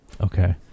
okay